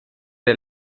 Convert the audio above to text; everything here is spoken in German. der